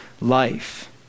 life